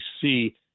see